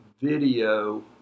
video